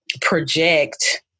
project